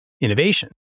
innovation